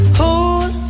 hold